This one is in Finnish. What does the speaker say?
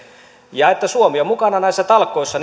ja että suomi on mukana näissä talkoissa